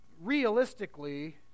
realistically